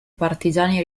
partigiani